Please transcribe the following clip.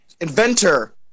inventor